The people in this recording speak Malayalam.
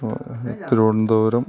തിരുവനന്തപുരം